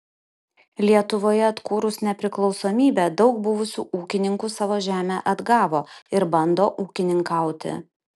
lietuvoje atkūrus nepriklausomybę daug buvusių ūkininkų savo žemę atgavo ir bando ūkininkauti